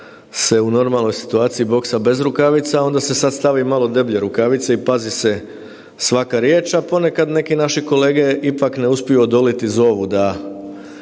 u normalnoj situaciji boksa bez rukavica onda se sad stavi malo deblje rukavice i pazi se svaka riječ, a ponekad neki naši kolege ipak ne uspiju odoliti zovu da